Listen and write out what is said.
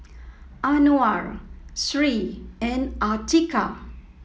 Anuar Sri and Atiqah